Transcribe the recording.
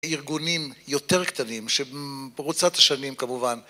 ארגונים יותר קטנים, שבמרוצת השנים כמובן